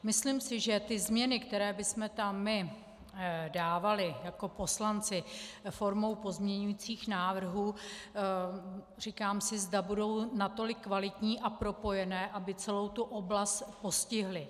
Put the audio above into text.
Myslím si, že ty změny, které bychom tam my dávali jako poslanci formou pozměňujících návrhů, říkám si, zda budou natolik kvalitní a propojené, aby celou tu oblast postihly.